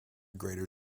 greater